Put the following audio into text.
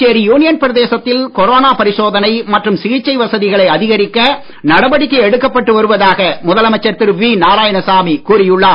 Puducherry union பிரதேசத்தில் corona பரிசோதனை மற்றும் சிகிச்சை வசதிகளை அதிகரிக்க நடவடிக்கை எடுக்கப்பட்டு வருவதாக முதலமைச்சர் திரு வி நாராயணசாமி கூறியுள்ளார்